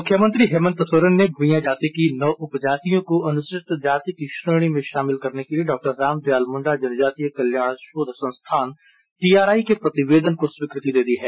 मुख्यमंत्री हेमंत सोरेन ने भुईयाँ जाति की नौ उप जातियों को अनुसूचित जाति की श्रेणी में शामिल करने के लिए डॉ रामदयाल मुंडा जनजातीय कल्याण शोध संस्थान टीआरआई के प्रतिवेदन को स्वीकृति दे दी है